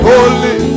Holy